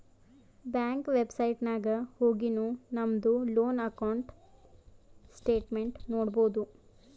bank website ನಾಗ್ ಹೊಗಿನು ನಮ್ದು ಲೋನ್ ಅಕೌಂಟ್ ಸ್ಟೇಟ್ಮೆಂಟ್ ನೋಡ್ಬೋದು